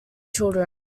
children